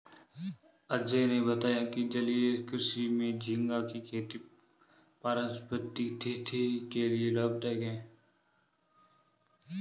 अजय ने बताया कि जलीय कृषि में झींगा की खेती पारिस्थितिकी के लिए लाभदायक है